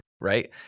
right